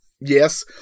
Yes